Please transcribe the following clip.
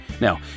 Now